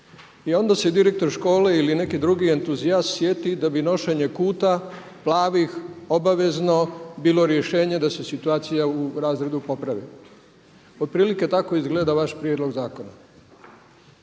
I onda se direktor škole ili neki drugi entuzijast sjeti da bi nošenje kuta, plavih obavezno bilo rješenje da se situacija u razredu popravi. Pa otprilike tako izgleda vaš prijedlog zakona,